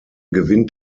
gewinnt